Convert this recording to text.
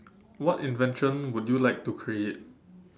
what invention would you like to create